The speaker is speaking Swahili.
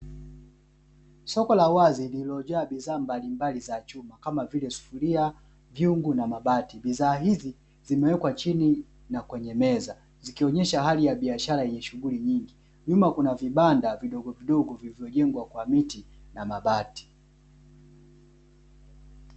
Soko la wazi lililojaa bidhaa mbalimbali za chuma kama vile: sufuria, vyungu na mabati, bidhaa hizi zimewekwa chini na kwenye meza zikionesha hali ya biashara yenye shughuli nyingi, nyuma kuna vibanda vidogovidogo vilivyojengwa kwa miti na mabati.